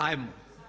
Ajmo.